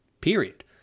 period